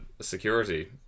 security